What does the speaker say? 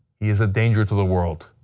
he's a danger to the world.